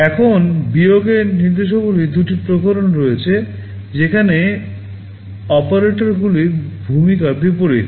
এখন বিয়োগের নির্দেশাবলীর দুটি প্রকরণ রয়েছে যেখানে অপারেটরগুলির ভূমিকা বিপরীত